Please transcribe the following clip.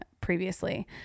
previously